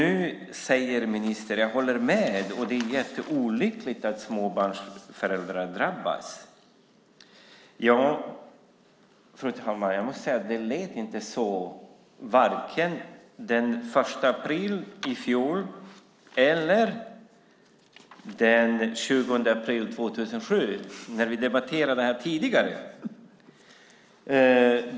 Nu säger ministern att han håller med om att det är olyckligt att småbarnsföräldrar drabbas. Fru talman! Det lät inte så vare sig den 1 april i fjol eller den 20 april 2007 när vi debatterade det här tidigare.